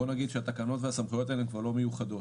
בואו נגיד שהתקנות והסמכויות האלו כבר לא מיוחדות